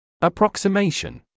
Approximation